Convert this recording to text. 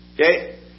Okay